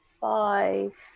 five